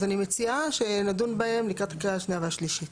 אז אני מציעה שנדון בהן לקראת הקריאה השנייה והשלישית.